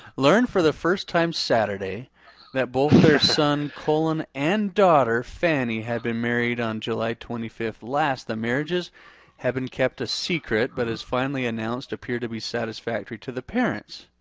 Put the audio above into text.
learned for the first time saturday that both her son, cullen and daughter, fannie, had been married on july twenty five last. the marriages have been kept a secret, but as finally announced appear to be satisfactory to the parents.